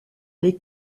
les